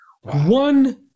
One